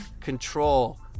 control